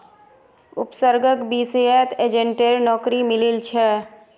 उपसर्गक बीएसईत एजेंटेर नौकरी मिलील छ